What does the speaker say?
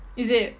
is it